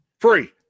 Free